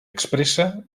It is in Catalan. expressa